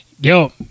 Yo